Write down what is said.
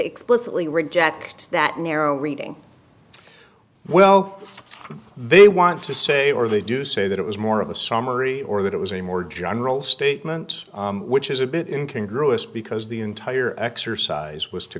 lee reject that narrow reading well they want to say or they do say that it was more of a summary or that it was a more general statement which is a bit in can grow us because the entire exercise was to